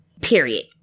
period